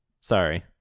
Sorry